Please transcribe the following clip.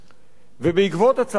ובעקבות הצעד הזה,